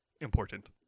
important